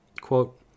Quote